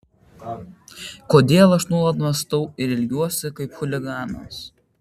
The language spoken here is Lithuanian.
kodėl aš nuolat mąstau ir elgiuosi kaip chuliganas